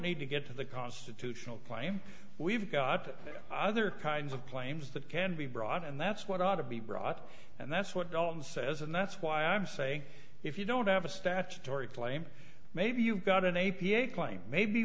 need to get to the constitutional claim we've got other kinds of claims that can be brought and that's what ought to be brought and that's what ellen says and that's why i'm saying if you don't have a statutory claim maybe you've got an a p a claim maybe